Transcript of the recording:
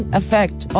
effect